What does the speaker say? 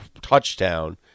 touchdown